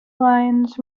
lines